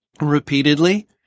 repeatedly